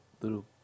little